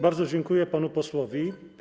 Bardzo dziękuję panu posłowi.